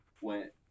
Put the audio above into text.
went